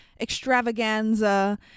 extravaganza